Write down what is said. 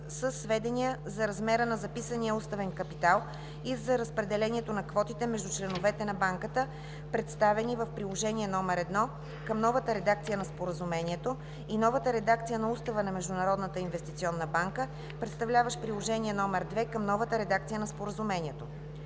със сведения за размера на записания уставен капитал и за разпределението на квотите между членовете на банката, представени в Приложение № 1 към новата редакция на Споразумението, и новата редакция на устава на Международната инвестиционна банка, представляващ Приложение № 2 към новата редакция на Споразумението.